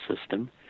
system